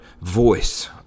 voice